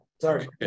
Sorry